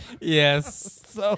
Yes